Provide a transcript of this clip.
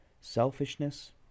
selfishness